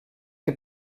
que